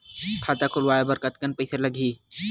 खाता खुलवाय बर कतेकन पईसा लगही?